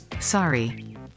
Sorry